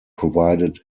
provided